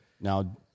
Now